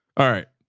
all right.